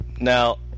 Now